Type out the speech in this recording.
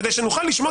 כדי שנוכל לשמוע,